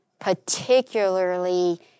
particularly